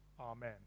amen